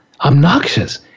obnoxious